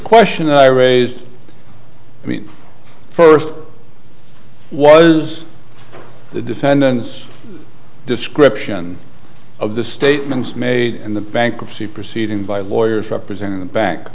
question i raised i mean first was the defendant's description of the statements made in the bankruptcy proceeding by lawyers representing the ba